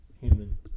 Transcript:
human